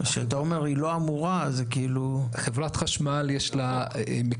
כשאתה אומר "היא לא אמורה" --- לחברת החשמל יש מקטעים,